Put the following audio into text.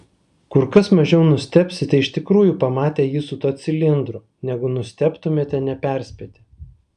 kur kas mažiau nustebsite iš tikrųjų pamatę jį su tuo cilindru negu nustebtumėte neperspėti